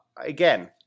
again